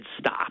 stop